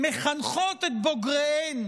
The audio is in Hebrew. שמחנכות את בוגריהן